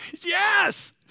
Yes